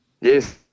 yes